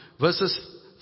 verses